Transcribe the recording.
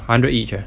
hundred each ah